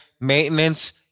Maintenance